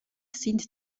sind